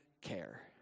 care